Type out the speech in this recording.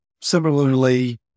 similarly